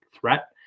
threat